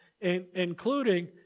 including